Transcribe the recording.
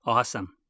Awesome